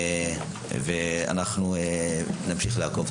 אנחנו נמשיך לעקוב.